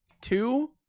two